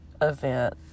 event